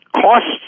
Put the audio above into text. costs